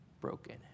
broken